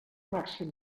màxim